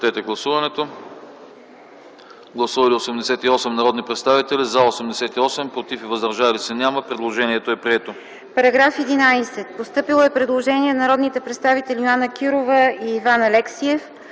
МИХАЙЛОВА: Постъпило е предложение от народните представители Йоана Кирова и Иван Алексиев